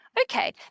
okay